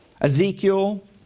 Ezekiel